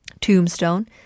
tombstone